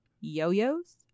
Yo-Yos